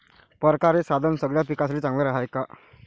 परकारं हे साधन सगळ्या पिकासाठी चांगलं हाये का?